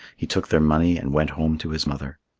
he took their money and went home to his mother.